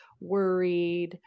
worried